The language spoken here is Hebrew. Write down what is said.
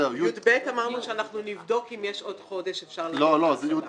לגבי סעיף (יב) אמרנו שנבדוק אם יש עוד חודש -- סעיפים (יב)